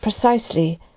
precisely